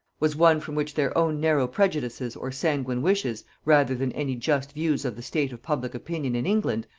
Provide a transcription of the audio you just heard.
was one from which their own narrow prejudices or sanguine wishes, rather than any just views of the state of public opinion in england,